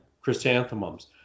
chrysanthemums